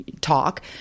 talk